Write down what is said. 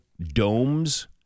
domes